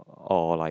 or like